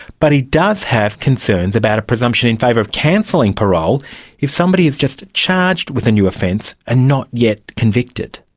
but he does have concerns about a presumption in favour of cancelling parole if somebody is just charged with a new offence and not yet convicted.